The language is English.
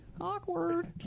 Awkward